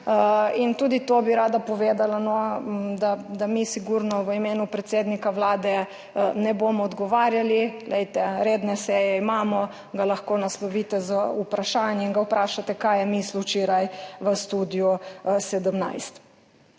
Tudi to bi rada povedala, da mi sigurno v imenu predsednika Vlade ne bomo odgovarjali. Redne seje imamo, lahko ga naslovite z vprašanji in ga vprašate, kaj je mislil včeraj v Studiu ob